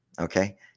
Okay